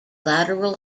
lateral